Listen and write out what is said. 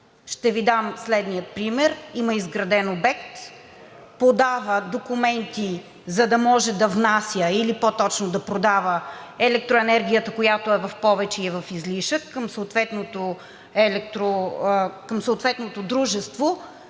ще Ви дам следния пример – има изграден обект, подава документи, за да може да внася или по-точно да продава електроенергията, която е в повече и е в излишък, към съответното дружество,